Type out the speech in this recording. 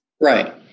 Right